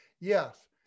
Yes